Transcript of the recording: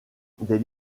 des